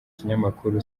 ikinyamakuru